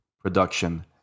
production